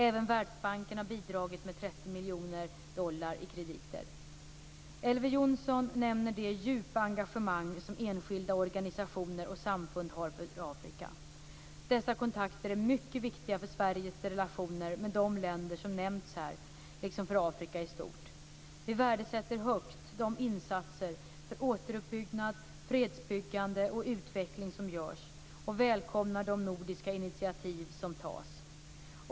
Även Världsbanken har bidragit med 30 miljoner dollar i krediter. Elver Jonsson nämner det djupa engagemang som enskilda organisationer och samfund har för Afrika. Dessa kontakter är mycket viktiga för Sveriges relationer med de länder som nämnts här, liksom för Afrika i stort. Vi värdesätter högt de insatser för återuppbyggnad, fredsbyggande och utveckling som görs och välkomnar de nordiska initiativ som tas.